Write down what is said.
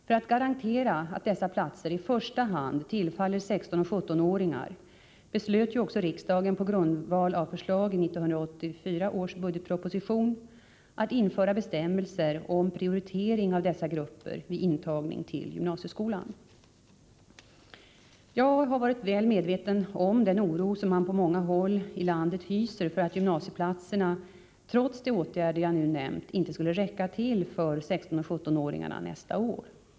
För att garantera att dessa platser i första hand tillfaller 16 och 17-åringar beslöt ju också riksdagen på grundval av förslag i 1984 års budgetproposition att införa bestämmelser om prioritering av dessa grupper vid intagningen till gymnasieskolan. Jag har varit väl medveten om den oro som man på många håll i landet hyser för att gymnasieplatserna, trots de åtgärder jag nu har nämnt, inte skulle räcka till för 16 och 17-åringarna nästa år.